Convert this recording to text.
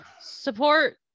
support